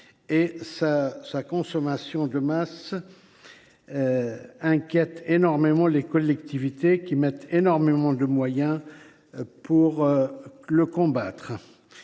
Sa consommation de masse inquiète énormément les collectivités, qui consacrent énormément de moyens à la combattre.